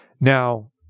Now